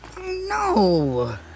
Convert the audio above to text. No